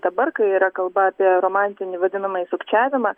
dabar kai yra kalba apie romantinį vadinamąjį sukčiavimą